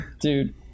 dude